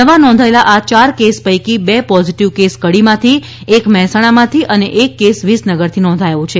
નવા નોંધાયેલ યાર કેસ પૈકી બે પોઝીટીવ કેસ કડીમાંથી એક મહેસાણામાંથી અને એક કેસ વિસનગરથી નોંધાયો છે